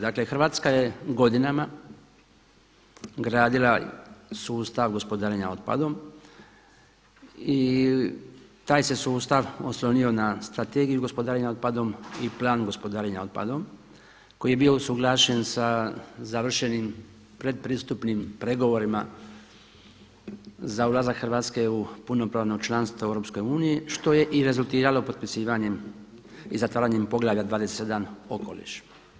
Dakle, Hrvatska je godinama gradila sustav gospodarenja otpadom i taj se sustav oslonio na Strategiju gospodarenja otpadom i Planom gospodarenja otpadom koji je bio usuglašen sa završenim pretpristupnim pregovorima za ulazak Hrvatske u punopravno članstvo u Europskoj uniji, što je i rezultiralo i potpisivanjem i zatvaranjem poglavlja 21 – Okoliš.